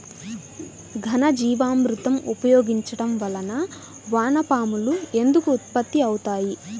ఘనజీవామృతం ఉపయోగించటం వలన వాన పాములు ఎందుకు ఉత్పత్తి అవుతాయి?